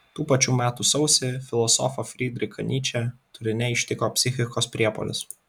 tų pačių metų sausį filosofą frydrichą nyčę turine ištiko psichikos priepuolis